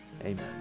Amen